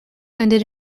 ended